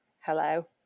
Hello